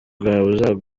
bwawe